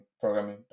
programming